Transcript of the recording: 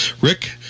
Rick